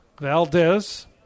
Valdez